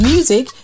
Music